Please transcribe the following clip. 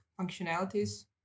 functionalities